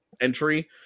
entry